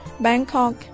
Bangkok